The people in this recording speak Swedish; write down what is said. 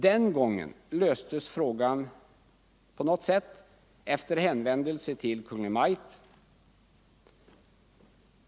Den gången löstes frågan på något sätt efter hänvändelse till Kungl. Maj:t.